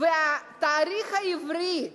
והתאריך העברי ה'